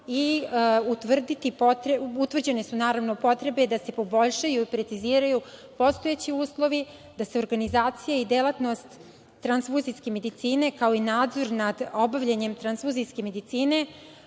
i utvrđene su potrebe da se poboljšaju, preciziraju postojeći uslovi, da se organizacija i delatnost transfuzijske medicine, kao i nadzor nad obavljanjem transfuzijske medicine,